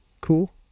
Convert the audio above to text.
Cool